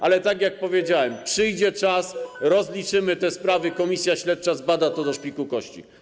Ale, tak jak powiedziałem, przyjdzie czas, rozliczymy te sprawy, komisja śledcza zbada to do szpiku kości.